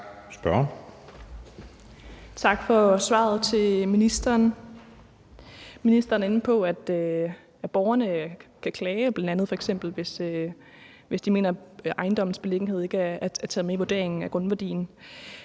Tak til ministeren for svaret. Ministeren er inde på, at borgerne kan klage, bl.a. hvis de f.eks. ikke mener, at beliggenheden er taget med i vurderingen af grundværdien.